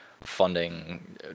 funding